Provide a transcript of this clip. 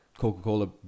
coca-cola